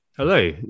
Hello